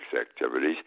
activities